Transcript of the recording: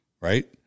right